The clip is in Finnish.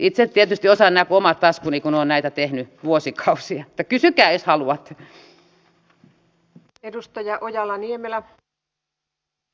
itse tietysti osaan nämä kuin omat taskuni kun olen näitä tehnyt vuosikausia että kysykää jos haluatte